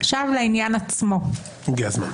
עכשיו לעניין עצמו -- הגיע הזמן.